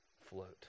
float